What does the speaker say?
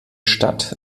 stadt